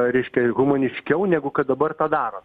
reiškia humaniškiau negu kad dabar tą daro